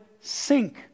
sink